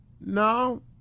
No